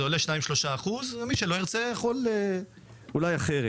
שזה אולי 2%-3% מי שלא ירצה יכול אולי אחרת,